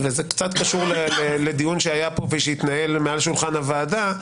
וזה קצת קשור לדיון שהיה פה ושהתנהל מעל שולחן הוועדה,